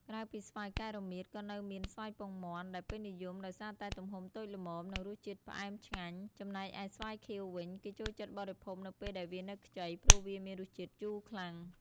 ក្រៅពីស្វាយកែវរមៀត ក៏នៅមាន ស្វាយពងមាន់ ដែលពេញនិយមដោយសារតែទំហំតូចល្មម និងរសជាតិផ្អែមឆ្ងាញ់។ ចំណែកឯស្វាយខៀវវិញ គេចូលចិត្តបរិភោគនៅពេលដែលវានៅខ្ចី ព្រោះវាមានរសជាតិជូរខ្លាំង។